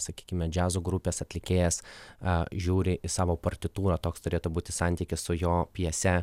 sakykime džiazo grupės atlikėjas a žiūri į savo partitūrą toks turėtų būti santykis su jo pjese